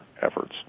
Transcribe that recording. efforts